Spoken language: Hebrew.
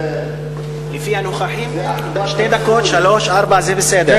לפי הנוכחים שתי דקות, שלוש, ארבע, זה בסדר.